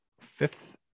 fifth